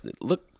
Look